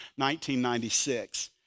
1996